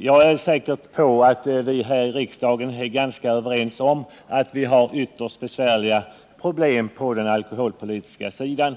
Jag är säker på att vi här i riksdagen är ganska överens om att det förekommer ytterst besvärliga problem på det alkoholpolitiska området.